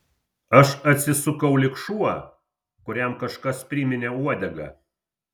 aš atsisukau lyg šuo kuriam kažkas primynė uodegą